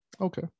Okay